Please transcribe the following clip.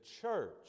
church